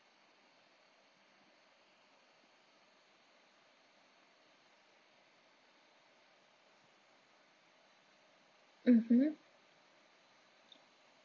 mmhmm